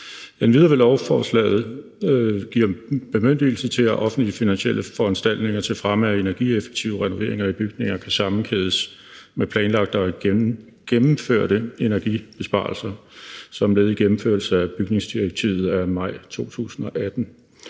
Endvidere vil lovforslaget give bemyndigelse til, at offentlige finansielle foranstaltninger til fremme af energieffektive renoveringer i bygninger kan sammenkædes med planlagte og gennemførte energibesparelser som led i gennemførelse af bygningsdirektivet af maj 2018.